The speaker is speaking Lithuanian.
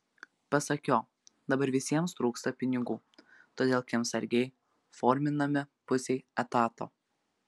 pasak jo dabar visiems trūksta pinigų todėl kiemsargiai forminami pusei etato